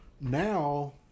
now